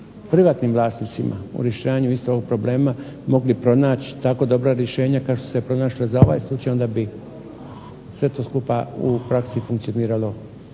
privatnim vlasnicima u rješavanju istog ovog problema mogli pronaći tako dobra rješenja kao što su se pronašla za ovaj slučaj onda bi sve to skupa u praksi funkcioniralo